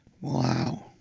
Wow